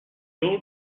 old